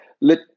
let